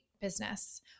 business